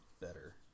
better